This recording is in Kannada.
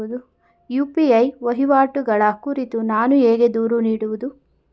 ಯು.ಪಿ.ಐ ವಹಿವಾಟುಗಳ ಕುರಿತು ನಾನು ಹೇಗೆ ದೂರು ನೀಡುವುದು?